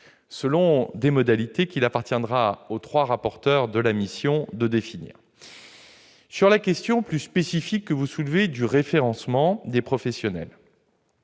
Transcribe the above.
selon des modalités qu'il appartiendra aux trois rapporteurs de la mission de définir. Sur la question plus spécifique du référencement des professionnels